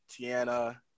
Tiana